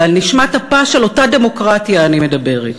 ועל נשמת אפה של אותה דמוקרטיה אני מדברת,